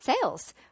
sales